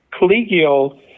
collegial